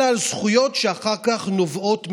אלא על זכויות שאחר כך נובעות מהנישואין.